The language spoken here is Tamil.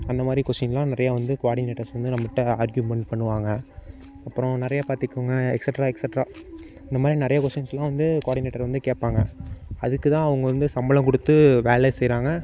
அந்த மாதிரி கொஷின்லாம் நிறையா வந்து கோஆர்டினேட்டர்ஸ் வந்து நம்மிட்ட ஆர்க்யூமெண்ட் பண்ணுவாங்க அப்பறம் நிறைய பார்த்திக்கோங்க எக்ஸெட்ரா எக்ஸெட்ரா இந்த மாதிரி நிறையா கொஷின்ஸ்லாம் வந்து கோஆர்டினேட்ர் வந்து கேட்பாங்க அதுக்கு தான் அவங்க வந்து சம்பளம் கொடுத்து வேலை செய்கிறாங்க